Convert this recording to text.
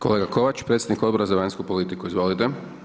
Kolega Kovač, predsjednik Odbora za vanjsku politiku, izvolite.